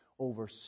Over